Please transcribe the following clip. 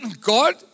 God